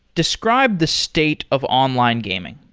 describe the state of online gaming.